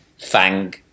FANG